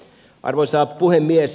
arvoisa puhemies